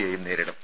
യെയും നേരിടും